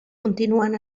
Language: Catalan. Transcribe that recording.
continuen